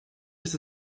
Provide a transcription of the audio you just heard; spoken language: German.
ist